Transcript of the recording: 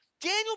Daniel